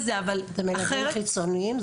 זה מלווים חיצוניים?